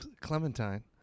Clementine